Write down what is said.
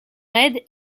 raide